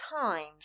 times